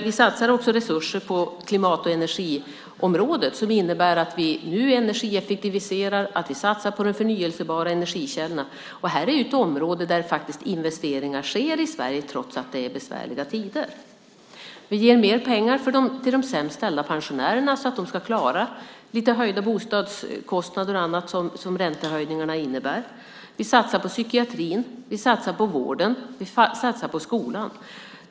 Vi satsar också resurser på klimat och energiområdet som innebär att vi nu energieffektiviserar och att vi satsar på de förnybara energikällorna. Det här är ett område där investeringar faktiskt sker i Sverige trots att det är besvärliga tider. Vi ger mer pengar till de sämst ställda pensionärerna, så att de ska klara lite höjda bostadskostnader och annat som räntehöjningarna innebär. Vi satsar på psykiatrin. Vi satsar på vården. Vi satsar på skolan.